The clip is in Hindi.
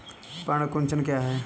पर्ण कुंचन क्या है?